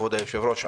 כבוד היושב-ראש,